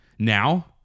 Now